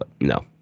No